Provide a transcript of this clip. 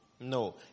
No